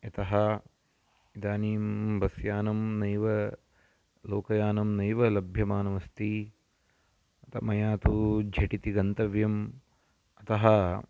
यतः इदानीं बस्यानं नैव लोकयानं नैव लभ्यमानमस्ति मया तु झटिति गन्तव्यम् अतः